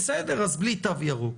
בסדר, אז בלי תו ירוק.